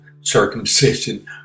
circumcision